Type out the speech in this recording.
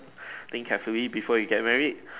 think carefully before you get married